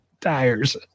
tires